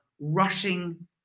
rushing